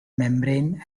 membrane